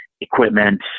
equipment